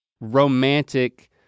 romantic